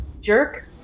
jerk